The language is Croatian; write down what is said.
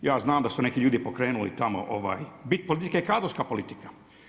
Ja znam da su neki ljudi pokrenuli tamo, bit politike je kadrovska politika.